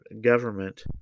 government